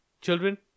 children